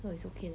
so it's okay lah